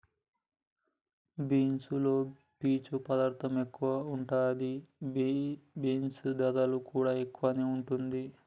beans లో పీచు పదార్ధం ఎక్కువ ఉంటది, బీన్స్ ధరలు కూడా ఎక్కువే వుంటుంది